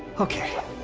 okay.